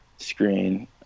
screen